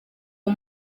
uyu